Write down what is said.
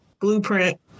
blueprint